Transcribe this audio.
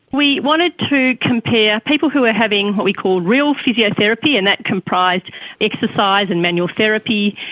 we wanted to compare people who were having what we call real physiotherapy, and that comprised exercise and manual therapy,